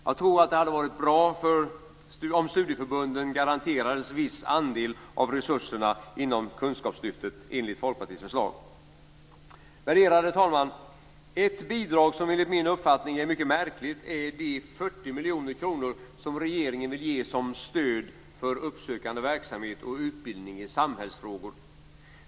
Jag tror att det hade varit bra om studieförbunden garanterats viss andel av resurserna inom kunskapslyftet enligt Folkpartiets förslag. Värderade talman! Ett bidrag som enligt min uppfattning är mycket märkligt är de 40 miljoner kronor som regeringen vill ge som stöd för uppsökande verksamhet och utbildning i samhällsfrågor.